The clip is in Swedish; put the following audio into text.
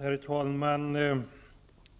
Herr talman!